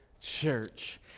church